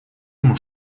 ему